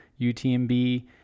UTMB